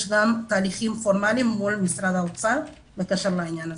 יש גם תהליכים פורמליים מול משרד האוצר בקשר לעניין הזה.